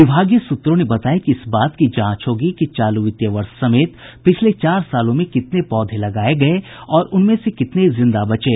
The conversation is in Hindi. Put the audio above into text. विभागीय सूत्रों ने बताया कि इस बात की जांच होगी कि चालू वित्तीय वर्ष समेत पिछले चार सालों में कितने पौधे लगाये गये और उनमें से कितने जिंदा बचे